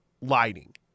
lighting